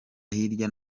hirya